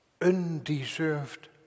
Undeserved